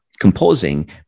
composing